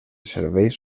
serveis